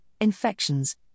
infections